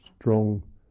strong